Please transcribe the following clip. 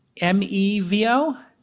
M-E-V-O